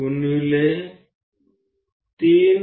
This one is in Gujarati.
14 3 cm